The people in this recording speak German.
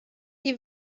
die